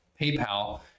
PayPal